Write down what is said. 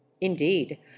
indeed